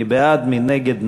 מי בעד, מי נגד?